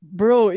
Bro